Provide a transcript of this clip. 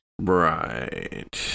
Right